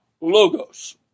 Logos